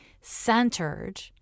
centered